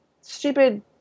stupid